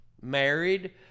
Married